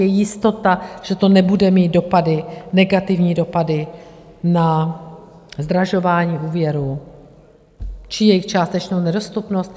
Je jistota, že to nebude mít dopady, negativní dopady na zdražování úvěrů či jejich částečnou nedostupnost?